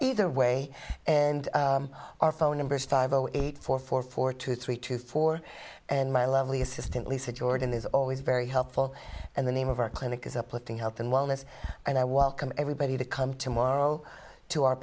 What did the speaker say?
either way and our phone number is five zero eight four four four two three two four and my lovely assistant lisa jordan is always very helpful and the name of our clinic is uplifting health and wellness and i will come everybody to come tomorrow to our